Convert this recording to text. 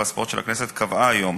התרבות והספורט של הכנסת קבעה היום,